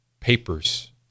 papers